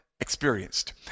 Experienced